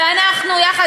ואנחנו יחד,